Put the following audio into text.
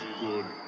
good